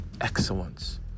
excellence